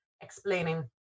explaining